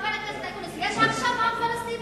חבר הכנסת אקוניס, יש עכשיו עם פלסטיני?